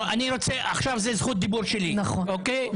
עכשיו זאת זכות הדיבור שלי, אוקיי?